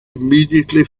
immediately